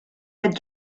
had